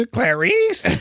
Clarice